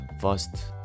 first